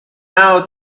out